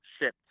shipped